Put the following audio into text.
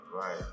right